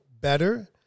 better